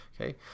okay